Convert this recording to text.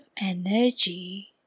energy